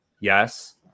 yes